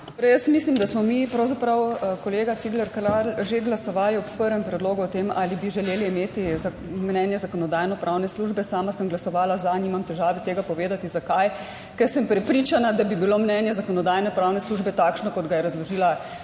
jaz mislim, da smo mi, pravzaprav kolega Cigler Kralj, že glasovali ob prvem predlogu o tem, ali bi želeli imeti mnenje Zakonodajno-pravne službe. Sama sem glasovala za, nimam težave tega povedati zakaj, ker sem prepričana, da bi bilo mnenje Zakonodajno-pravne službe takšno, kot ga je razložila